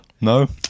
no